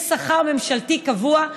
יש שכר ממשלתי קבוע,